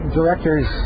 directors